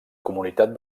comunitat